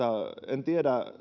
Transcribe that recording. en tiedä